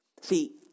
See